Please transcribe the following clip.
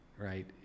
right